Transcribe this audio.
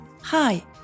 Hi